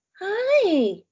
Hi